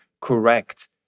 correct